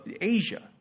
Asia